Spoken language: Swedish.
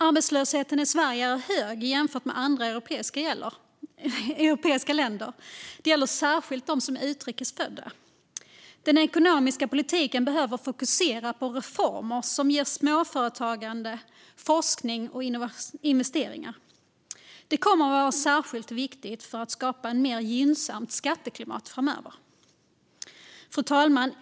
Arbetslösheten i Sverige är hög jämfört med andra europeiska länder. Det gäller särskilt dem som är utrikesfödda. Den ekonomiska politiken behöver fokusera på reformer som ger småföretagande, forskning och investeringar. Det kommer att vara särskilt viktigt för att skapa ett mer gynnsamt skatteklimat framöver. Fru talman!